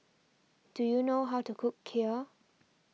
do you know how to cook Kheer